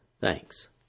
Thanks